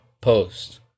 post